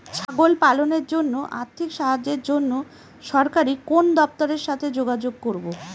ছাগল পালনের জন্য আর্থিক সাহায্যের জন্য সরকারি কোন দপ্তরের সাথে যোগাযোগ করব?